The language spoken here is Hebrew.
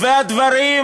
אבל,